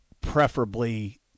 Preferably